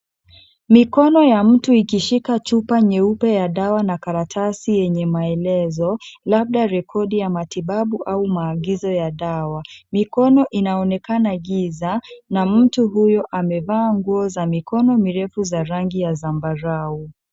Mikono ya mtu ikishika chupa nyeupe ya dawa, na karatasi yenye maelezo, labda rekodi ya matibabu au maagizo ya dawa. Mikono inaonekana giza, na mtu huyo amevaa nguo za mikono mirefu za rangi ya zambarau.